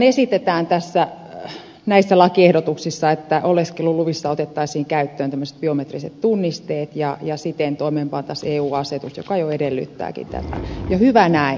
tässähän esitetään näissä lakiehdotuksissa että oleskeluluvissa otettaisiin käyttöön tämmöiset biometriset tunnisteet ja siten toimeenpantaisiin eu asetus joka jo edellyttääkin tätä ja hyvä näin